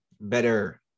better